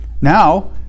Now